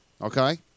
Okay